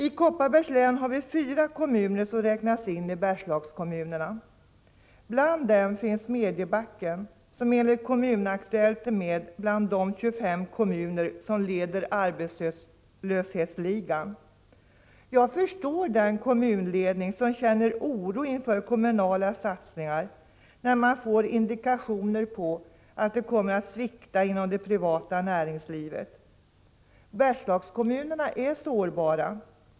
I Kopparbergs län har vi fyra kommuner som räknas in i Bergslagskommunerna. En av dem är Smedjebacken, som enligt Kommun Aktuellt är med bland de 25 kommuner som leder arbetslöshetsligan. Jag förstår den kommunledning som känner oro inför kommunala satsningar, när man får indikationer på att det kommer att svikta inom det privata näringslivet. Bergslagskommunerna är sårbara.